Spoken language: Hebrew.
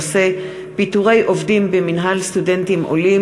טופורובסקי בנושא: פיטורי עובדים במינהל סטודנטים עולים,